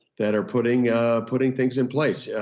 that are putting putting things in place. yeah